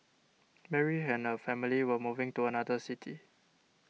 Mary and her family were moving to another city